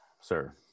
sir